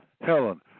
Helen